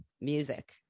music